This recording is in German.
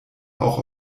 auch